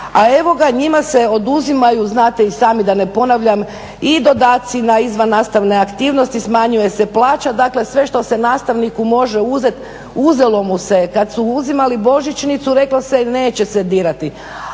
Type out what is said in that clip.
A evo ga, njima se oduzimaju, znate i sami da ne ponavljam i dodaci na izvannastavne aktivnosti, smanjuje se plaća. Dakle, sve što se nastavniku može uzeti uzelo mu se. Kada su uzimali božićnicu reklo se neće se dirati.